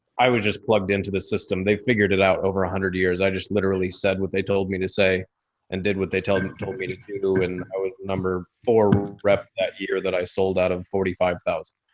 i was just plugged into the system. they figured it out over a hundred years. i just literally said what they told me to say and did what they tell them, told me to to do. and i was the number four rep that year that i sold out of forty five thousand.